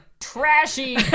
trashy